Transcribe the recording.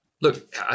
Look